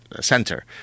center